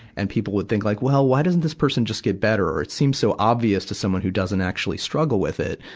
and people would think like, well, why doesn't this person just get better? it seems so obvious to someone who doesn't actually struggle with it.